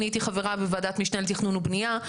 אני הייתי חברה בוועדת משנה לתכנון ובנייה.